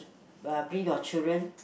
uh bring your children